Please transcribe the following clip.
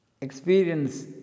Experience